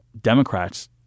Democrats